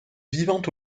vivant